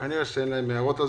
כנראה, אין להם על זה הערות.